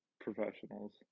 professionals